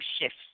shifts